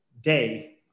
day